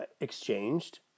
exchanged